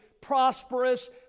prosperous